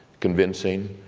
convincing,